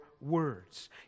words